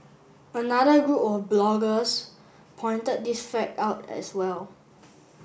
another group of bloggers pointed this fact out as well